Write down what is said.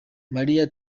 maria